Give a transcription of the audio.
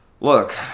Look